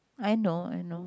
I know I know